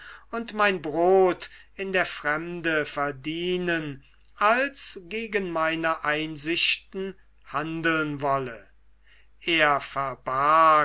und mein brot in der fremde verdienen als gegen meine einsichten handeln wolle er verbarg